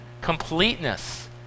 Completeness